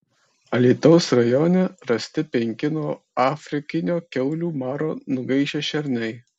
alytaus rajone rasti penki nuo afrikinio kiaulių maro nugaišę šernai